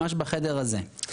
ממש בחדר הזה.